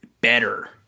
better